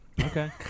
Okay